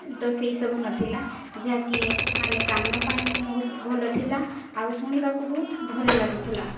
ତ ସେହିସବୁ ନଥିଲା ଯାହାକି ମାନେ କାନ ପାଇଁ ବହୁତ ଭଲ ଥିଲା ଆଉ ଶୁଣିବାକୁ ବହୁତ ଭଲ ଲାଗୁଥିଲା